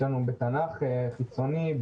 בתנ"ך חיצוני,